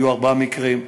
היו ארבעה מקרים,